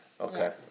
Okay